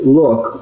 look